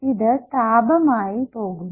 ഇത് താപം ആയി പോകുന്നു